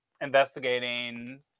investigating